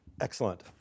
Excellent